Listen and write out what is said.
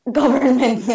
government